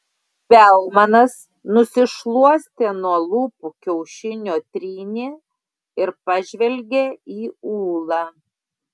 belmanas nusišluostė nuo lūpų kiaušinio trynį ir pažvelgė į ūlą